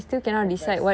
advise